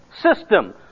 system